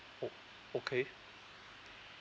oh okay